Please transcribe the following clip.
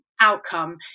outcome